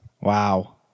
Wow